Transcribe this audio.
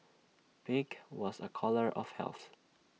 pink was A colour of health